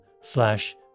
slash